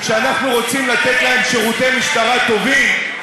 כי כשאנחנו רוצים לתת להם שירותי משטרה טובים,